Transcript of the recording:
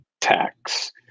tax